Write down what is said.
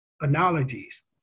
analogies